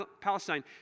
Palestine